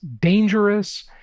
dangerous